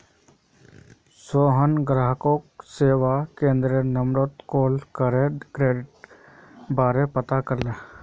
सोहन ग्राहक सेवा केंद्ररेर नंबरत कॉल करे क्रेडिटेर बारा पता करले